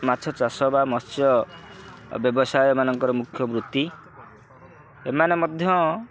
ମାଛ ଚାଷ ବା ମତ୍ସ୍ୟ ବ୍ୟବସାୟମାନଙ୍କର ମୁଖ୍ୟ ବୃତ୍ତି ଏମାନେ ମଧ୍ୟ